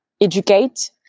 educate